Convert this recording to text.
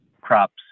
crops